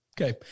Okay